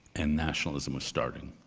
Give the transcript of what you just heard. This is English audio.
and nationalism was starting.